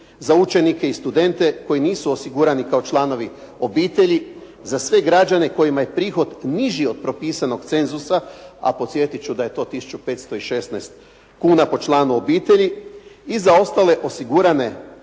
za učenike i studente koji nisu osigurani kao članovi obitelji, za sve građane kojima je prihod niži od propisanog cenzusa, a podsjetit ću da je to tisuću 516 kuna po članu obitelji, i za ostale osigurane osobe